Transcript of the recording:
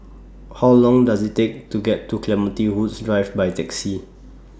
How Long Does IT Take to get to Clementi Woods Drive By Taxi